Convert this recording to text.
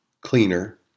cleaner